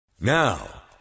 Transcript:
Now